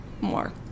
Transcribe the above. more